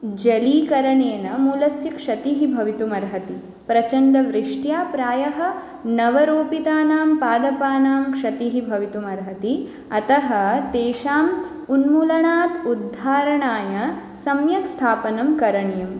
जलीकरणेन मूलस्य क्षतिः भवितुम् अर्हति प्रचण्डवृष्ट्या प्रायः नवरूपितानां पादपानां क्षतिः भवितुमर्हति अतः तेषाम् उन्मूलनात् उद्धारणाय सम्यक् स्थापनं करणीयम्